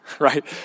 right